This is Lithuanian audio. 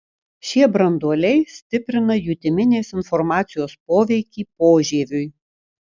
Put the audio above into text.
šie branduoliai stiprina jutiminės informacijos poveikį požieviui